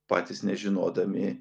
patys nežinodami